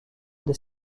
des